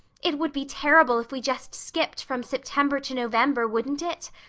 it would be terrible if we just skipped from september to november, wouldn't it?